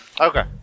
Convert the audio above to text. Okay